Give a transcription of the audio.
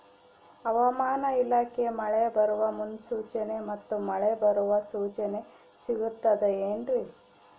ಹವಮಾನ ಇಲಾಖೆ ಮಳೆ ಬರುವ ಮುನ್ಸೂಚನೆ ಮತ್ತು ಮಳೆ ಬರುವ ಸೂಚನೆ ಸಿಗುತ್ತದೆ ಏನ್ರಿ?